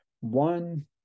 One